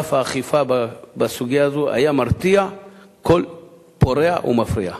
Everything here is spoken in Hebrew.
רף האכיפה בסוגיה הזאת היה מרתיע כל פורע ומפריע.